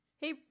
hey